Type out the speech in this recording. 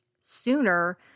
sooner